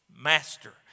master